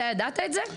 אתה ידעת את זה?